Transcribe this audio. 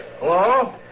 Hello